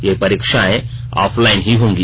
ये परीक्षाएं offline ही होंगी